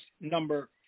number